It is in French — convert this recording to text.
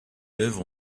œuvres